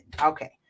Okay